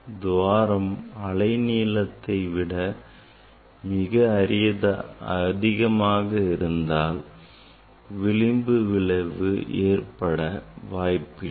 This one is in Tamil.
துவாரம் அலை நீளத்தை விட மிகப் பெரியதாக இருந்தால் விளிம்பு விளைவு ஏற்பட வாய்ப்பில்லை